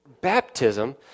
baptism